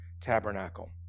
tabernacle